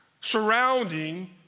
surrounding